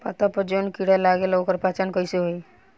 पत्ता पर जौन कीड़ा लागेला ओकर पहचान कैसे होई?